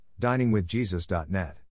DiningWithJesus.net